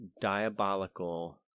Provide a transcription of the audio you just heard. diabolical